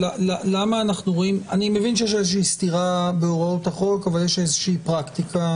אני מבין שיש איזושהי סתירה בהוראות החוק אבל יש איזושהי פרקטיקה